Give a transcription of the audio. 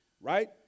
right